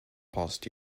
past